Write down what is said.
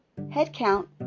Headcount